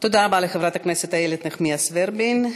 תודה רבה לחברת הכנסת איילת נחמיאס ורבין.